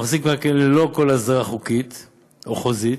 ומחזיק במקרקעין ללא כל הסדרה חוקית או חוזית,